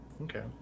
Okay